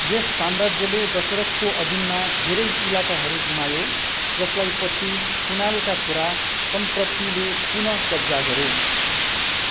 यस साम्राज्यले दशरथको अधीनमा धेरै इलाकाहरू गुमायो जसलाई पछि कुनालका छोरा सम्प्रतीले पुनः कब्जा गरे